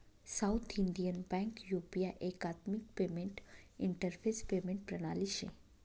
south Indian bank UP एकात्मिक payment interface payment प्रणाली शे